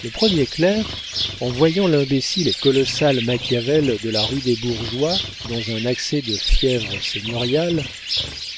le premier clerc en voyant l'imbécile et colossal machiavel de la rue des bourgeois dans un accès de fièvre seigneuriale